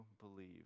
believe